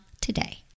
today